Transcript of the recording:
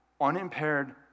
unimpaired